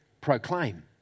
proclaim